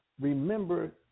remember